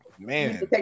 Man